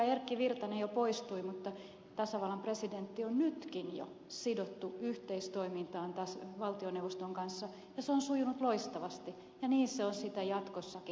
erkki virtanen jo poistui mutta tasavallan presidentti on nytkin jo sidottu yhteistoimintaan valtioneuvoston kanssa ja se on sujunut loistavasti ja se on sitä jatkossakin